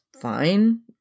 fine